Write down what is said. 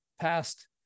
past